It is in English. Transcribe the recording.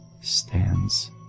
stands